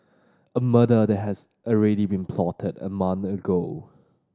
a murder that has already been plotted a month ago